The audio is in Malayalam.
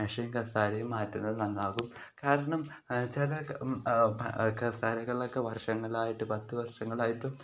മേശയും കസേരയും മാറ്റുന്നത് നന്നാകും കാരണം ചില കസേരകളൊക്കെ വർഷങ്ങളായിട്ട് പത്തു വർഷങ്ങളായിട്ടും